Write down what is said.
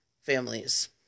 families